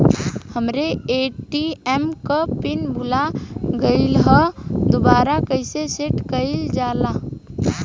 हमरे ए.टी.एम क पिन भूला गईलह दुबारा कईसे सेट कइलजाला?